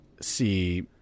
see